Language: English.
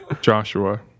Joshua